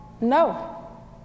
No